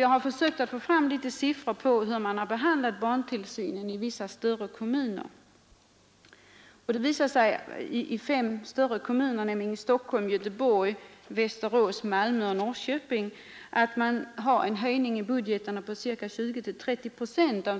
Jag har försökt få fram några siffror på hur barntillsynsfrågan har behandlats i vissa större kommuner. I Stockholm, Göteborg, Västerås, Malmö och Norrköping har